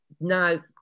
now